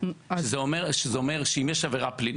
זה אומר שאם יש עבירה פלילית,